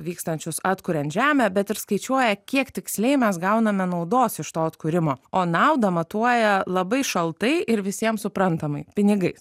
vykstančius atkuriant žemę bet ir skaičiuoja kiek tiksliai mes gauname naudos iš to atkūrimo o naudą matuoja labai šaltai ir visiems suprantamai pinigais